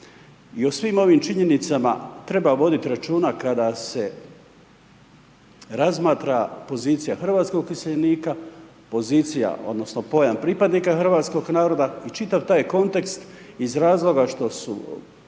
i o svim ovim činjenicama treba voditi računa, kada se razmatrat pozicija hrvatskog iseljenika, pozicija, odnosno, pojam pripadnika hrvatskog naroda i čitav taj kontekst iz razloga što su